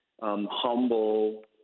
Humble